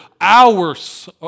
hours